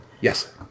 Yes